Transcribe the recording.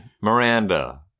Miranda